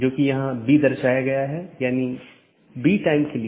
क्योंकि यह एक बड़ा नेटवर्क है और कई AS हैं